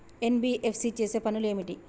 NBFC చేసే పనులు ఏమిటి?